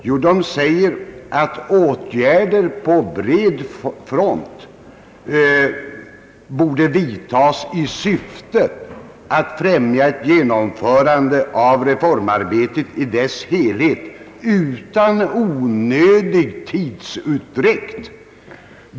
Jo, de säger att »åtgärder på bred front borde vidtas i syfte att främja ett genomförande av reformarbetet i dess helhet utan onödig tidsutdräkt».